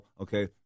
okay